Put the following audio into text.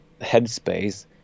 headspace